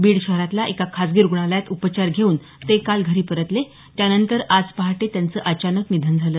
बीड शहरातल्या एका खासगी रुग्णालयात उपचार घेऊन ते काल घरी परतले त्यानंतर आज पहाटे त्यांचं अचानक निधन झालं